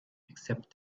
except